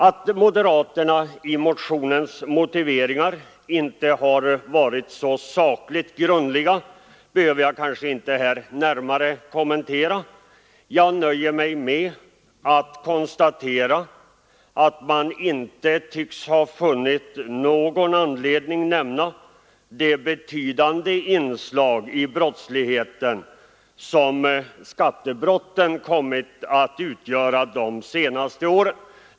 Att moderaterna i motionens motiveringar inte har varit så sakligt grundliga behöver jag kanske inte här närmare kommentera; jag nöjer mig med att konstatera att man inte tycks ha funnit någon anledning nämna det betydande inslag i brottsligheten som skattebrotten kommit att utgöra de senaste åren.